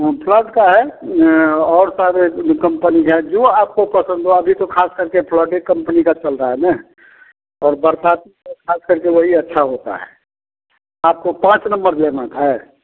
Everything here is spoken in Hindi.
हाँ फ़्लैट का है और सब जो कम्पनी है जो आपको पसंद है अभी तो खास करके फ्लैटे कम्पनी का चल रहा है ना और बरसाती में खास करके वहीं अच्छा होता हैं आपको पाँच नंबर लेने का है